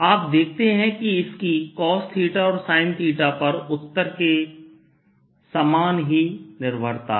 आप देखते हैं कि इसकी cos और sin पर उत्तर के समान ही निर्भरता है